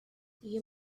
you